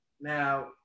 Now